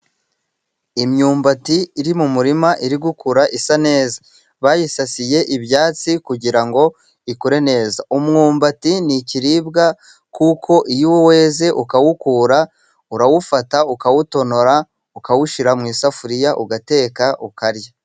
Imyumbati iri mu murima, iri gukura isa neza, bayisasiye ibyatsi kugira ngo ikure neza. Umwumbati ni ikiribwa kuko iyo weze ukawukura, urawufata, ukawutonora, ukawushyira mu isafuriya, ugateka ukarya.